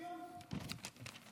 אתם רוצים שוויון?